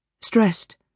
Stressed